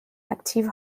active